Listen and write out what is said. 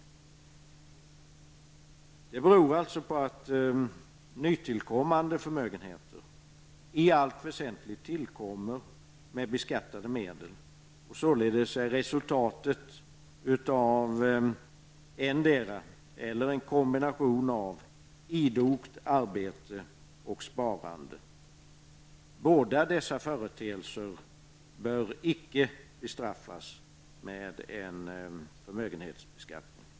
Det beror alltså på att nytillkommande förmögenheter i allt väsentligt tillkommer med beskattade medel och således är resultatet av endera idogt arbete eller sparande, eller en kombination av dessa. Båda dessa företeelser bör icke bestraffas med en förmögenhetsbeskattning.